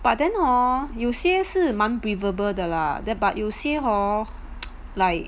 but then hor 有些是蛮 breathable 的 lah that but 有些 hor like